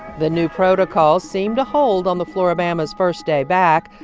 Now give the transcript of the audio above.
the new protocols seem to hold on the flora-bama's first day back.